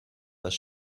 das